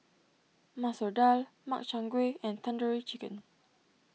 Masoor Dal Makchang Gui and Tandoori Chicken